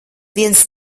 viens